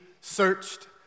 searched